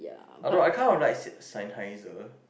I don't know I kind of like S~ Sennheiser